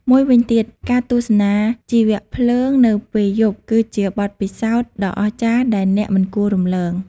មួយវិញទៀត ការទស្សនាជីវភ្លើងនៅពេលយប់គឺជាបទពិសោធន៍ដ៏អស្ចារ្យដែលអ្នកមិនគួររំលង។